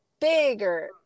bigger